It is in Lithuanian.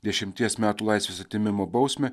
dešimties metų laisvės atėmimo bausmę